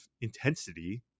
intensity